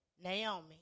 Naomi